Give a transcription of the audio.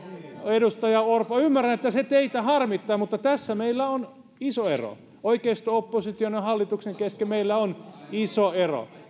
edustaja orpo ymmärrän että se teitä harmittaa mutta tässä meillä on iso ero oikeisto opposition ja hallituksen kesken meillä on iso ero